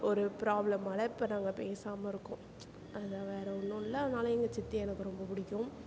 ஒரு ப்ராப்ளமால் இப்போ நாங்கள் பேசாமல் இருக்கோம் அதான் வேறு ஒன்றும் இல்லை அதனால் எங்கள் சித்தியை எனக்கு ரொம்ப பிடிக்கும்